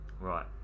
Right